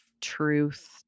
truth